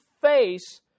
face